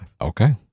Okay